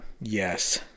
Yes